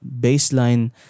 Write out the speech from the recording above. baseline